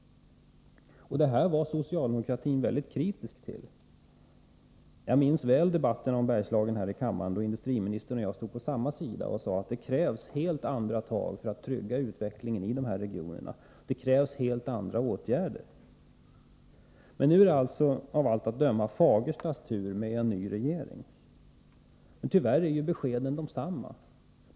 Allt detta var socialdemokratin mycket kritisk till. Jag minns väl debatten om Bergslagen i kammaren, då Thage Peterson och jag stod på samma sida och sade att det krävs helt andra tag, helt andra åtgärder, för att trygga utvecklingen i dessa regioner. Nu är det av allt att döma Fagerstas tur — med en ny regering. Tyvärr är beskeden desamma.